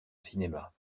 cinéma